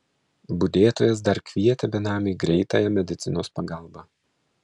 budėtojas dar kvietė benamiui greitąją medicinos pagalbą